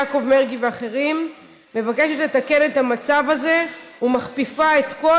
יעקב מרגי ואחרים מבקשת לתקן את המצב הזה ומכפיפה את כל